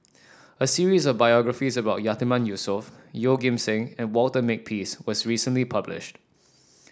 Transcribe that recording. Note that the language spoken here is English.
a series of biographies about Yatiman Yusof Yeoh Ghim Seng and Walter Makepeace was recently published